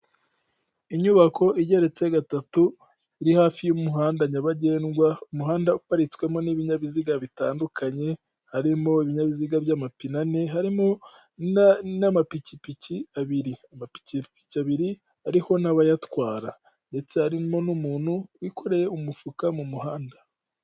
Inyubako igeretse gatatu, iri hafi y'umuhanda nyabagendwa, umuhanda uparitswemo n'ibinyabiziga bitandukanye, harimo ibinyabiziga by'amapine ane, harimo n'amapikipiki abiri, amapikipiki abiri ariho n'abayatwara ndetse harimo n'umuntu wikoreye umufuka mu muhanda.